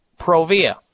Provia